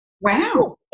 Wow